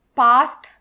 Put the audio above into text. past